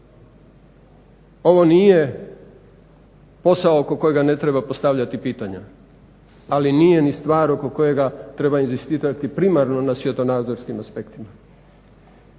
ovo nije posao oko kojega ne treba postavljati pitanja ali nije ni stvar oko kojega treba inzistirati primarno na svjetonazorskim aspektima.